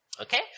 Okay